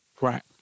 right